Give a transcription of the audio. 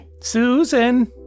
Susan